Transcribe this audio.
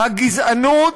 הגזענות